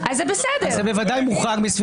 זה ודאי מוחרג מסבירות.